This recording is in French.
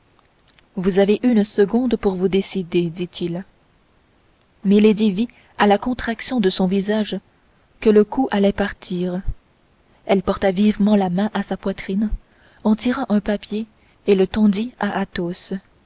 vous avez une seconde pour vous décider dit-il milady vit à la contraction de son visage que le coup allait partir elle porta vivement la main à sa poitrine en tira un papier et le tendit à athos